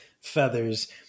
feathers